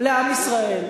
לעם ישראל.